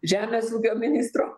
žemės ūkio ministro